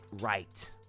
right